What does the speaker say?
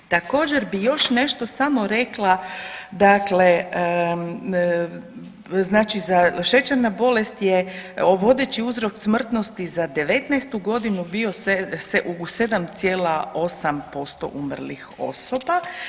Također bi još nešto samo rekla, dakle znači šećerna bolest je vodeći uzrok smrtnosti za '19.g. bio 7,8% umrlih osoba.